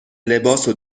لباسو